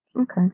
Okay